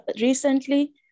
recently